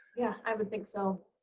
yeah, i would think so.